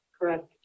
correct